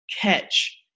catch